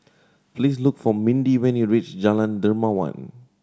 please look for Mindi when you reach Jalan Dermawan